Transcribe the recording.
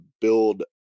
build